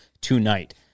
tonight